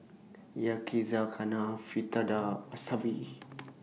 Yakizakana Fritada Wasabi